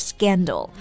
Scandal